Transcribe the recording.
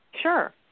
Sure